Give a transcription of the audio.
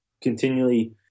continually